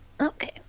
Okay